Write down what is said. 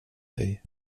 dig